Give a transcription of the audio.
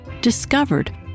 Discovered